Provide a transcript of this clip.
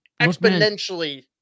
exponentially